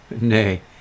Nay